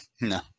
No